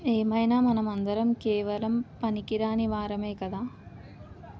ఏమైనా మనమందరం కేవలం పనికిరాని వారమే కదా